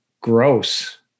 gross